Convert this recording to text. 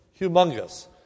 humongous